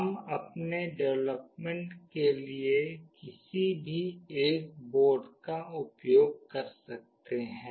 हम अपने डेवलपमेंट के लिए किसी भी एक बोर्ड का उपयोग कर सकते हैं